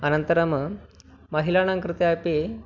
अनन्तरं महिलानां कृते अपि